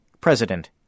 President